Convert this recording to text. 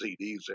cds